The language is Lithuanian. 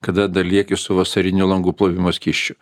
kada dar lieki su vasariniu langų plovimo skysčiu